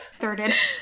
Thirded